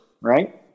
Right